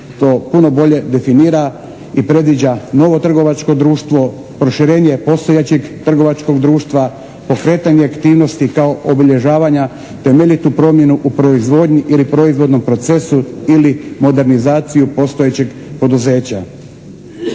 to puno bolje definira i predviđa novo trgovačko društvo. Proširenje postojećeg trgovačkog društva, pokretanje aktivnosti kao obilježavanja, temeljitu promjenu u proizvodnji ili proizvodnom procesu ili modernizaciju postojećeg poduzeća.